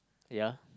yeah